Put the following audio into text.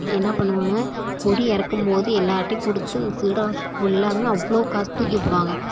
என்ன பண்ணுவாங்க கொடி இறக்கும்போது எல்லார்ட்டேயும் கொடுத்து அந்த சில்லர காசு ஃபுல்லாவுமே அவ்வளோ காசு தூக்கிப் போடுவாங்க